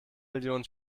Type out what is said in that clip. millionen